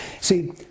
See